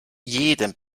jedem